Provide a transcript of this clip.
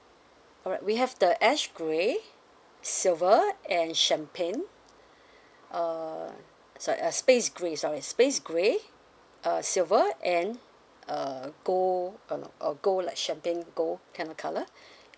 alright we have the ash grey silver and champagne uh sorry a space grey sorry space grey uh silver and uh gold uh know a gold like champagne gold kind of colour